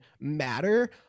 matter